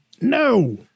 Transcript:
no